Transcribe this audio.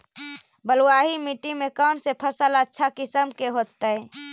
बलुआही मिट्टी में कौन से फसल अच्छा किस्म के होतै?